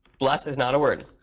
blus is not a word.